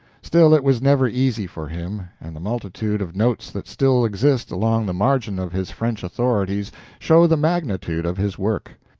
still, it was never easy for him, and the multitude of notes that still exist along the margin of his french authorities show the magnitude of his work.